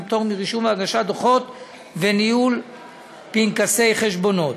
פטור מרישום והגשת דוחות וניהול פנקסי חשבונות.